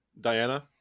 Diana